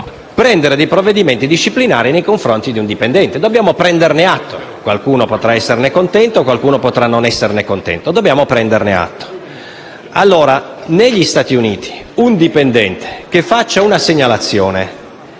prendere provvedimenti disciplinari nei confronti di un dipendente: dobbiamo prenderne atto; qualcuno potrà esserne contento, qualcun altro no, ma dobbiamo prenderne atto. Negli Stati Uniti per un dipendente che faccia una segnalazione